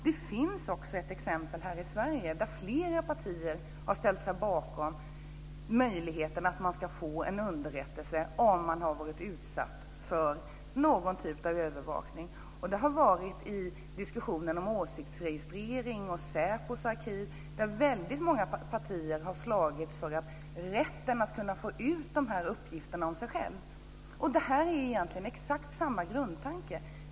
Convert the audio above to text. Det finns också ett exempel i Sverige där flera partier har ställt sig bakom möjligheten att få en underrättelse om man har varit utsatt för någon typ av övervakning. Det har gällt diskussionen om åsiktsregistrering och SÄPO:s arkiv, där många partier har slagits för rätten att kunna få ut uppgifter om sig själv. Det är egentligen exakt samma grundtanke.